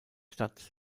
stadt